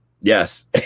Yes